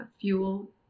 fuel